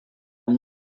and